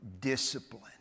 discipline